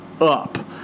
up